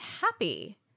happy